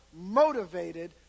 motivated